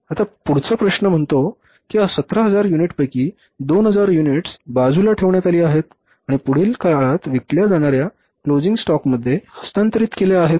आता पुढचा प्रश्न म्हणतो की या 17000 युनिटपैकी २००० युनिट्स बाजूला ठेवण्यात आली आहेत आणि पुढील काळात विकल्या जाणाऱ्या क्लोजिंग स्टॉकमध्ये हस्तांतरित केल्या आहेत